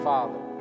Father